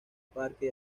parque